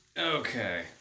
Okay